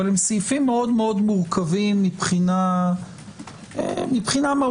הם סעיפים מאוד מורכבים מבחינה מהותית.